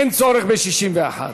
אין צורך ב-61.